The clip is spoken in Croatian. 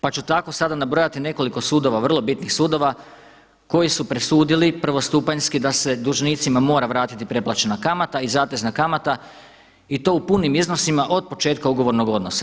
Pa ću tako sada nabrojati nekoliko sudova, vrlo bitnih sudova koji su presudili prvostupanjski da se dužnicima mora vratiti preplaćena kamata i zatezna kamata i to u punim iznosima od početka ugovornog odnosa.